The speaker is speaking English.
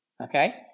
okay